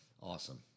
awesome